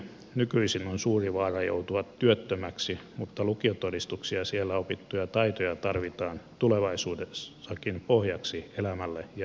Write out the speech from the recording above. nykyisin on suuri vaara joutua työttömäksi mutta lukiotodistuksia ja opittuja taitoja tarvitaan tulevaisuudessakin pohjaksi elämälle ja jatko opinnoille